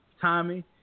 Tommy